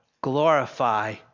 glorify